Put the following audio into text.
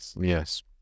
yes